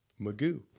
Magoo